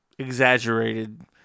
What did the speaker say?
Exaggerated